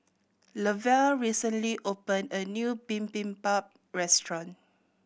Lovell recently opened a new Bibimbap Restaurant